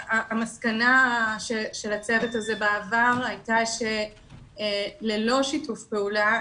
המסקנה של הצוות הזה בעבר הייתה שללא שיתוף פעולה,